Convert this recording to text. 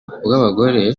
bw’abagore